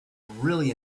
really